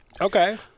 Okay